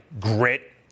grit